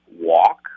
walk